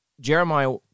Jeremiah